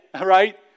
Right